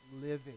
living